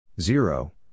Zero